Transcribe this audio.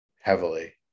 Heavily